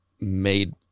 made